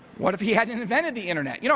what if he had invented the internet? you know